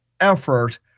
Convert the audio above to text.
effort